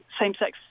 same-sex